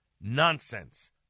nonsense